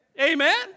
Amen